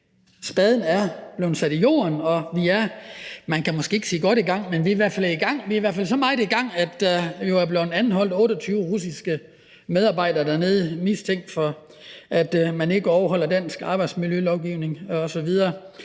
gang, men vi er i gang – vi er i hvert fald så meget i gang, at der er blevet anholdt 28 russiske medarbejdere dernede, som er mistænkt for, at man ikke overholder dansk arbejdsmiljølovgivning og